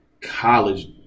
college